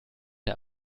der